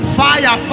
fire